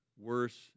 worse